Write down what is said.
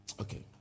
Okay